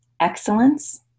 Excellence